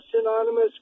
synonymous